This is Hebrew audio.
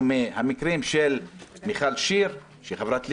מהמקרים של מיכל שיר שהיא חברת ליכוד,